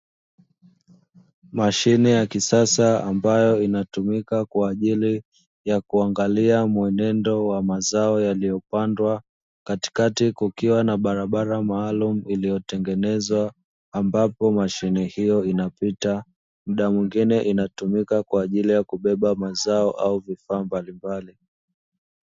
Mashine ya kisasa ambayo inatumika kwa ajili ya kuangalia mwenendo wa mazao yaliyopandwa, katikati kukiwa na barabara maalumu, iliyotengenezwa ambapo mashine hiyo inapita, muda mwingine inatumika kwa ajili ya kubeba mazao au vifaa mbalimbali.